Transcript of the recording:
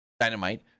Dynamite